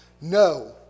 no